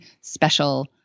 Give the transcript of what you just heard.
special